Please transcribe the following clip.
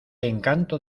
encanto